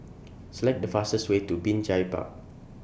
Select The fastest Way to Binjai Park